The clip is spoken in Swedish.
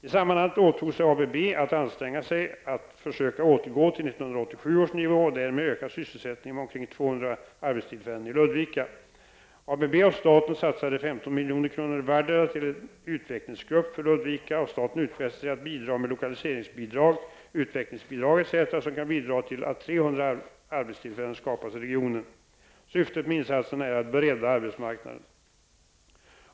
I sammanhanget åtog sig ABB att anstränga sig att försöka återgå till 1987 års nivå och därmed öka sysselsättningen med omkring 200 arbetstillfällen i Ludvika. ABB och staten satsade Ludvika, och staten utfäste sig att bidra med lokaliseringsbidrag, utvecklingsbidrag etc. som kan bidra till att 300 arbetstillfällen skapas i regionen. Syftet med insatserna är att bredda arbetsmarknaden.